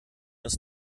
ist